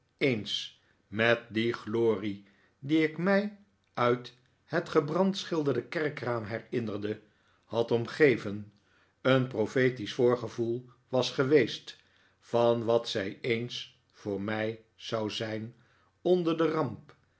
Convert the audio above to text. eens met die glorie die ik mij uit het gebrandschilderde kerkraam herinnerde had omgeven een profetisch voorgevoel was geweest van wat zij eens voor mij zou zijn onder de ramp